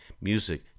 music